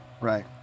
right